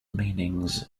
meanings